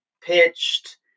pitched